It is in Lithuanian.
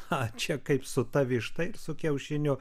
a čia kaip su ta višta ir su kiaušiniu